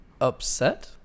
upset